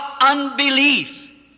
unbelief